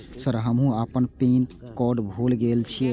Sir हमू अपना pin code भूल गेल जीये?